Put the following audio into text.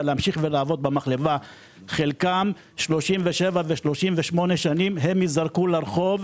להמשיך לעבוד - חלקם עובדים 37 ו-38 שנים הם ייזרקו לרחוב,